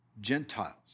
Gentiles